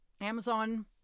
Amazon